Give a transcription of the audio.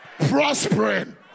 prospering